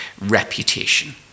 reputation